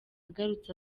agarutse